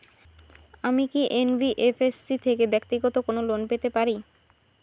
আমি কি এন.বি.এফ.এস.সি থেকে ব্যাক্তিগত কোনো লোন পেতে পারি?